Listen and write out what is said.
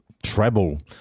Treble